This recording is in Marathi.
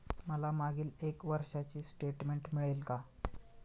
मला मागील एक वर्षाचे स्टेटमेंट मिळेल का?